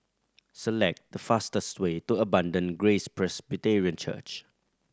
select the fastest way to Abundant Grace Presbyterian Church